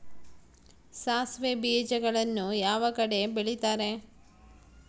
ಸಾಸಿವೆ ಬೇಜಗಳನ್ನ ಯಾವ ಕಡೆ ಬೆಳಿತಾರೆ?